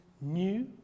new